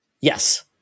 Yes